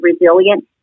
resilient